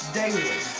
daily